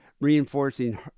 reinforcing